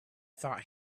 thought